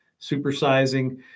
supersizing